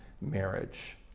marriage